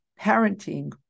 parenting